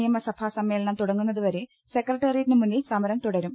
നിയമസഭാസമ്മേളനം തുടങ്ങുന്നതുവരെ സെക്രട്ടേറിയറ്റിന് മുന്നിൽ സമരം തുടരും